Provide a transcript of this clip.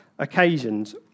occasions